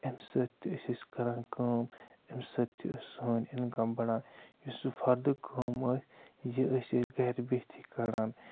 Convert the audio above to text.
امہِ سۭتۍ تہِ ٲسۍ أس کَران کٲم امہِ سۭتۍ تہِ ٲس سٲنۍ اِنکَم بَڑان یُس یہِ فَردٕ کٲم یہِ ٲسۍ أسۍ گَرِ بِہتٕے کَڑان